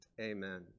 amen